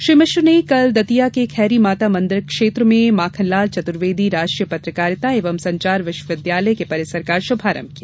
श्री मिश्र ने कल दतिया के खैरी माता मंदिर क्षेत्र में माखनलाल चतुर्वेदी राष्ट्रीय पत्रकारिता एवं संचार विश्वविद्यालय के परिसर का शुभारंभ किया